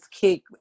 kick